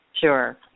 Sure